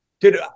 Dude